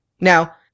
Now